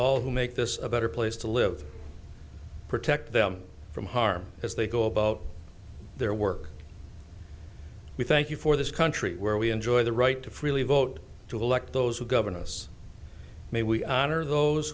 who make this a better place to live protect them from harm as they go about their work we thank you for this country where we enjoy the right to freely vote to elect those who govern us may we honor those